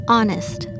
Honest